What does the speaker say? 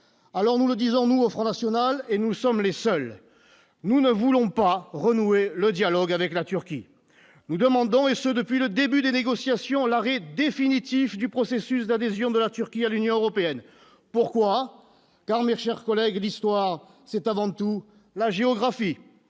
alors nous le disons, nous, au Front national et nous sommes les seuls, nous ne voulons pas renouer le dialogue avec la Turquie : nous demandons et ce depuis le début des négociations, l'arrêt définitif du processus d'adhésion de la Turquie à l'Union européenne pourquoi car Mircher collègues l'histoire, c'est avant tout la géographie,